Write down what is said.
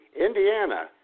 Indiana